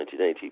1980